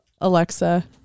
Alexa